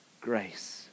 grace